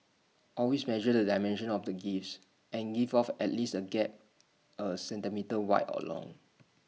always measure the dimensions of the gifts and give off at least A gap A centimetre wide or long